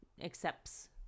accepts